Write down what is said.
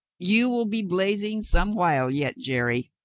you will be blazing some while yet, jerry.